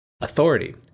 authority